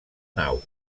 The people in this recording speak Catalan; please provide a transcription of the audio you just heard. nau